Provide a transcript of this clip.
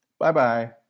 Bye-bye